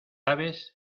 aves